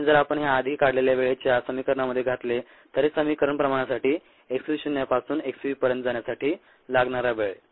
आणि जर आपण हे आधी काढलेल्या वेळेच्या समीकरणामध्ये घातले तर हे समीकरण प्रमाणासाठी xv शून्यापासून x v पर्यंत जाण्यासाठी लागणारा वेळ